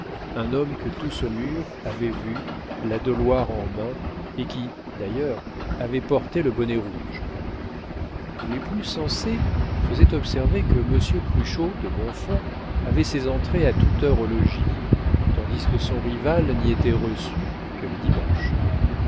un homme que tout saumur avait vu la doloire en main et qui d'ailleurs avait porté le bonnet rouge les plus sensés faisaient observer que monsieur cruchot de bonfons avait ses entrées à toute heure au logis tandis que son rival n'y était reçu que les dimanches